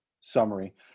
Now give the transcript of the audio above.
summary